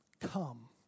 Come